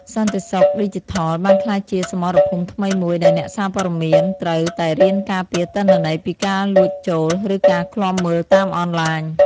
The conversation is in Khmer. សន្តិសុខឌីជីថលបានក្លាយជាសមរភូមិថ្មីមួយ ដែលអ្នកសារព័ត៌មានត្រូវតែរៀនការពារទិន្នន័យពីការលួចចូល ឬការឃ្លាំមើលតាមអនឡាញ។